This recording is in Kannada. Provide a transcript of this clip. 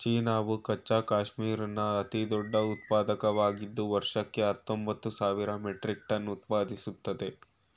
ಚೀನಾವು ಕಚ್ಚಾ ಕ್ಯಾಶ್ಮೀರ್ನ ಅತಿದೊಡ್ಡ ಉತ್ಪಾದಕವಾಗಿದ್ದು ವರ್ಷಕ್ಕೆ ಹತ್ತೊಂಬತ್ತು ಸಾವಿರ ಮೆಟ್ರಿಕ್ ಟನ್ ಉತ್ಪಾದಿಸ್ತದೆ